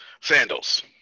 Sandals